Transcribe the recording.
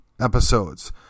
episodes